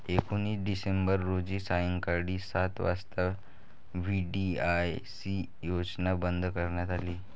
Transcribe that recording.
एकोणीस डिसेंबर रोजी सायंकाळी सात वाजता व्ही.डी.आय.सी योजना बंद करण्यात आली